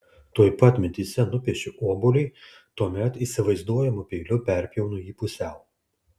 tuoj pat mintyse nupiešiu obuolį tuomet įsivaizduojamu peiliu perpjaunu jį pusiau